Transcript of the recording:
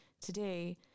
today